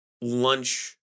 lunch